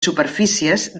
superfícies